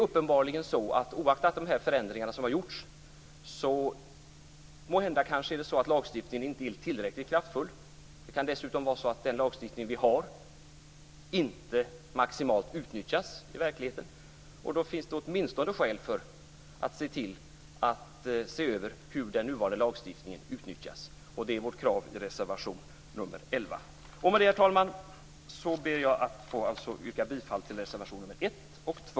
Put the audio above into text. Uppenbarligen är lagstiftningen, oaktat de förändringar som har gjorts, måhända inte tillräckligt kraftfull. Det kan också vara så att den lagstiftning som vi har inte utnyttjas maximalt i verkligheten. Då finns det åtminstone skäl för att se över hur den nuvarande lagstiftningen utnyttjas. Det är vårt krav i reservation nr 11. Herr talman! Med detta ber jag att få yrka bifall till reservation nr 1 och 2.